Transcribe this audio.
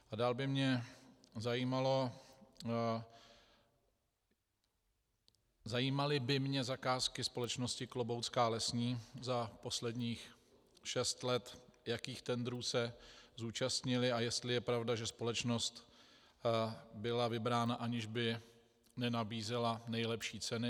A dál by mě zajímaly zakázky společnosti Kloboucká lesní za posledních šest let, jakých tendrů se zúčastnila a jestli je pravda, že společnost byla vybrána, aniž by nabízela nejlepší ceny.